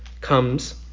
comes